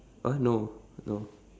uh no no